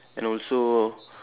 and also